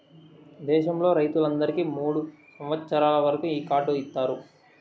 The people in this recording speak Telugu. దేశంలో రైతులందరికీ మూడు సంవచ్చరాల వరకు ఈ కార్డు ఇత్తారు